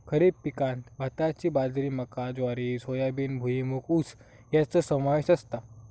खरीप पिकांत भाताची बाजरी मका ज्वारी सोयाबीन भुईमूग ऊस याचो समावेश असता